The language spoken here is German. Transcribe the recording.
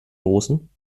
großen